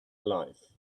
alive